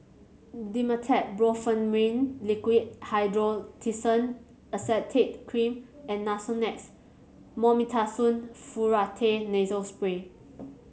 Dimetapp Brompheniramine Liquid Hydrocortisone Acetate Cream and Nasonex Mometasone Furoate Nasal Spray